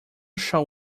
shall